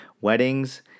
weddings